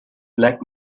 black